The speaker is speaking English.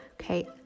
okay